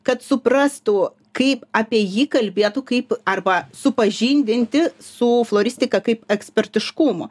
kad suprastų kaip apie jį kalbėtų kaip arba supažindinti su floristika kaip ekspertiškumu